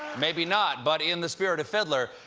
maybe not, but in the spirit of fiddler,